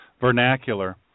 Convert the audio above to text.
vernacular